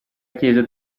chiesa